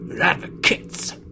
advocates